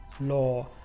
law